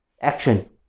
action